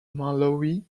marlowe